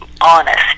honest